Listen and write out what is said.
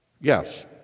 yes